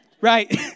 Right